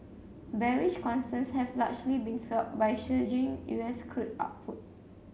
bearish concerns have largely been fuelled by surging U S crude output